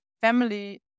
family